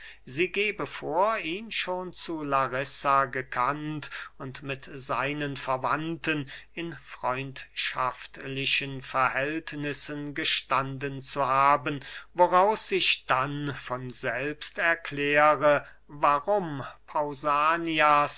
sie gebe vor ihn schon zu larissa gekannt und mit seinen verwandten in freundschaftlichen verhältnissen gestanden zu haben woraus sich dann von selbst erkläre warum